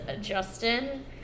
Justin